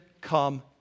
come